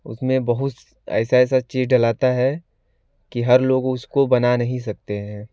उसमें बहुस ऐसी ऐसी चीज़ डलती है कि हर लोग उसको बना नहीं सकते हैं